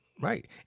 right